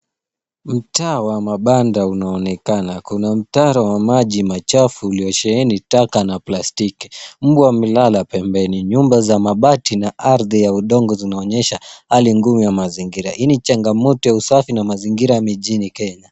Mtaa wa mabanda unaonekana. Kuna mtaro wa maji machafu uliosheheni taka na plastiki. Mbwa amelala pembeni. Nyumba za mabati na ardhi ya udongo zinaonyesha hali ngumu ya mazingira. Hii ni changamoto ya usafi na mazingira mijini Kenya.